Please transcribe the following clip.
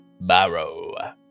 barrow